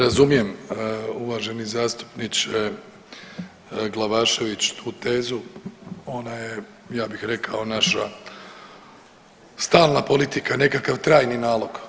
Razumijem uvaženi zastupniče Glavašević tu tezu, ona je ja bih rekao naša stalna politika, nekakav trajni nalog.